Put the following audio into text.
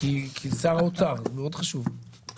יש שם דברים שהם מבקשים ושולחים אותך